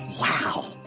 wow